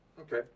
Okay